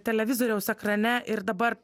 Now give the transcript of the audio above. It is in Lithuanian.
televizoriaus ekrane ir dabar